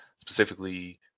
specifically